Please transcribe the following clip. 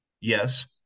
Yes